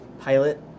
pilot